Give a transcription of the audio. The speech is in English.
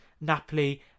Napoli